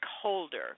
Holder